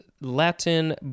Latin